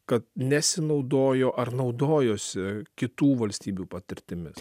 kad nesinaudojo ar naudojosi kitų valstybių patirtimis